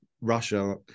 Russia